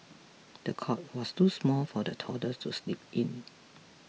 the cot was too small for the toddler to sleep in